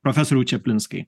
profesoriau čaplinskai